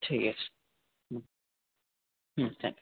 ঠিক আছে হুম হুম থ্যাঙ্কস